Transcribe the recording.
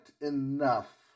enough